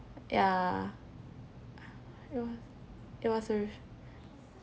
yeah uh it was it was a r~